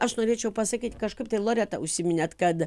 aš norėčiau pasakyti kažkaip tai loreta užsiminėt kad